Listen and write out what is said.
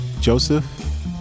Joseph